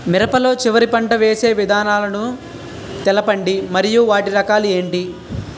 మిరప లో చివర పంట వేసి విధానాలను తెలపండి మరియు వాటి రకాలు ఏంటి